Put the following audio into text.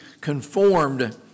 conformed